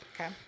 Okay